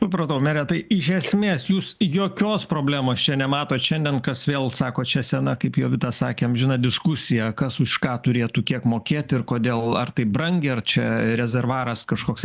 supratau mere tai iš esmės jūs jokios problemos čia nematot šiandien kas vėl sako čia sena kaip jovita sakė amžina diskusija kas už ką turėtų kiek mokėt ir kodėl ar tai brangiai ar čia rezervuaras kažkoks